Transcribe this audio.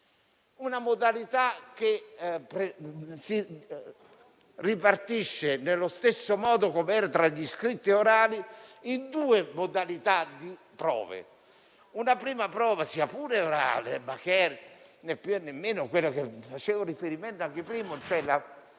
una modalità che ripartisce nello stesso modo, come era tra gli scritti e gli orali, due modalità di prove. Una prima prova, sia pure orale, ma che è, né più né meno, quello cui facevo riferimento anche prima: prospettare